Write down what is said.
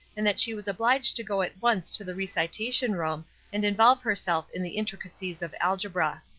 and that she was obliged to go at once to the recitation-room and involve herself in the intricacies of algebra.